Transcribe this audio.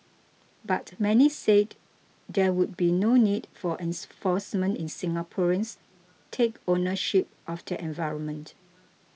but many said there would be no need for ens force men in Singaporeans take ownership of the environment